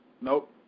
Nope